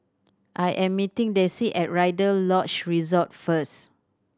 I am meeting Dessie at Rider Lodge Resort first